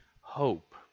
hope